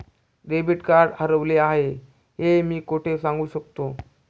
Debit card हरवले आहे हे मी कोठे सांगू शकतो?